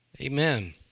Amen